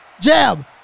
Jab